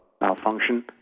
malfunction